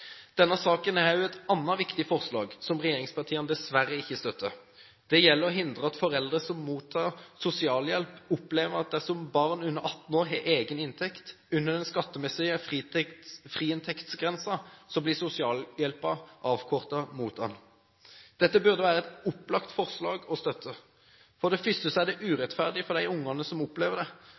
denne regjeringen nytenkning. Denne saken har også et annet viktig forslag som regjeringspartiene dessverre ikke støtter. Det gjelder å forhindre at foreldre som mottar sosialhjelp, opplever at dersom barn under 18 år har egen inntekt under den skattemessige friinntektsgrensen, blir sosialhjelpen avkortet mot den. Dette burde være et opplagt forslag å støtte. For det første er det urettferdig for de ungene som opplever det,